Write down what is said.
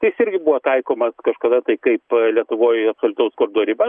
tai jis irgi buvo taikomas kažkada tai kaip lietuvoj absoliutaus skurdo riba